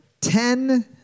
ten